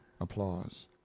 applause